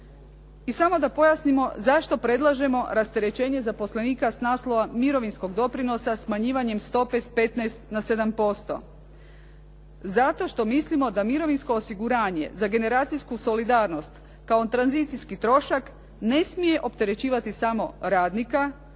I samo da pojasnimo zašto predlažemo rasterećenje zaposlenika s naslova mirovinskog doprinosa smanjivanjem stope s 15 na 17%. Zato što mislimo da mirovinsko osiguranje za generacijsku solidarnost kao tranzicijski trošak ne smije opterećivati samo radnika,